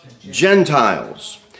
Gentiles